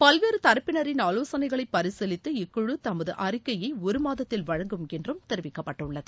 பல்வேறு தரப்பினரின் ஆலோசனைகளை பரிசீலித்து இக்குழு தமது அறிக்கையை ஒரு மாதத்தில் வழங்கும் என்று தெரிவிக்கப்பட்டுள்ளது